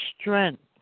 strength